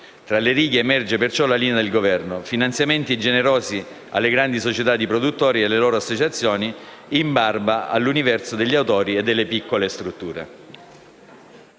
Tra le righe emerge perciò la linea del Governo: finanziamenti generosi alle grandi società di produttori e alle loro associazioni in barba all'universo degli autori e delle piccole strutture.